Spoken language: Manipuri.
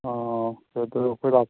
ꯑꯥ ꯍꯣꯏ ꯑꯗꯨ ꯑꯩꯈꯣꯏ ꯂꯥꯛ